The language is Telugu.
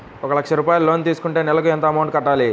ఒక లక్ష రూపాయిలు లోన్ తీసుకుంటే నెలకి ఎంత అమౌంట్ కట్టాలి?